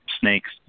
snake's